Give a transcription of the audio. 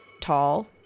tall